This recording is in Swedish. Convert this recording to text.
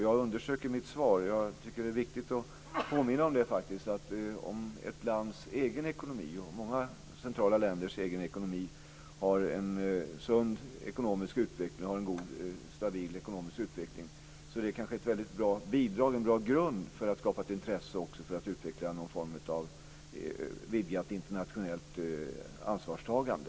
Jag underströk i mitt svar, och tycker att det är viktigt att påminna om det, att om ett lands egen ekonomi och många centrala länders egen ekonomi har en sund ekonomisk utveckling och en god och stabil ekonomisk utveckling är det kanske ett väldigt bra bidrag, en bra grund, för att skapa ett intresse också för att utveckla någon form av vidgat internationellt ansvarstagande.